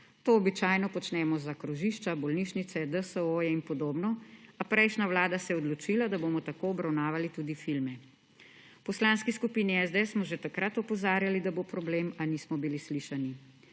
To običajno počnemo za krožišča, bolnišnice, DSO-je in podobno, a prejšnja vlada se je odločila, da bomo tako obravnavali tudi filme. V Poslanski skupini SDS smo že takrat opozarjali, da bo problem, a nismo bili slišani.